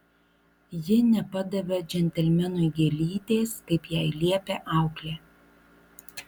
ji nepadavė džentelmenui gėlytės kaip jai liepė auklė